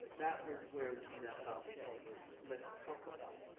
that was where we left off of let's talk about,